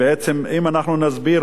עד עכשיו,